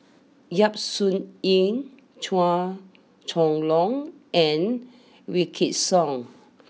Yap Su Yin Chua Chong long and Wykidd Song